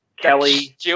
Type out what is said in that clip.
Kelly